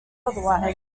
otherwise